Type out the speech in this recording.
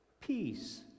peace